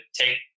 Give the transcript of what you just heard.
take